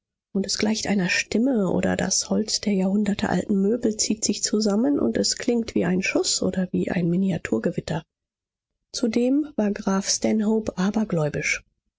und es gleicht einer stimme oder das holz der jahrhundertalten möbel zieht sich zusammen und es klingt wie ein schuß oder wie ein miniaturgewitter zudem war graf stanhope abergläubisch